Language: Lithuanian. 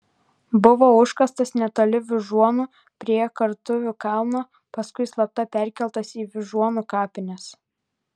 buvo užkastas netoli vyžuonų prie kartuvių kalno paskui slapta perkeltas į vyžuonų kapines